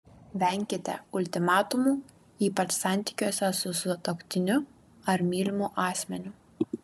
venkite ultimatumų ypač santykiuose su sutuoktiniu ar mylimu asmeniu